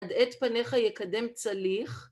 עד עת פניך יקדם צליח